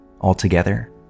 Altogether